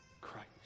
Christ